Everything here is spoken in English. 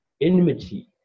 enmity